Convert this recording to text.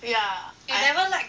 ya I